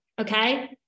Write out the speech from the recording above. okay